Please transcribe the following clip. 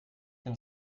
denn